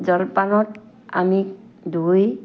জলপানত আমি গৈ